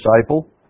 disciple